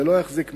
זה לא יחזיק מים.